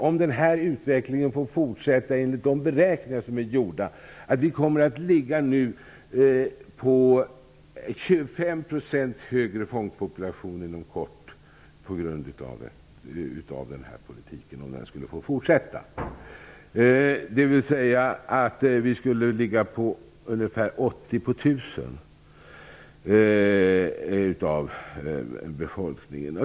Om den här utvecklingen får fortsätta kommer Sverige, enligt de beräkningar som gjorts, inom kort att ha en 25 % högre fångpopulation. Andelen fångar av befolkningen skulle ligga på ungefär 80 per 1 000.